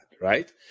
right